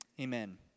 amen